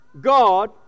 god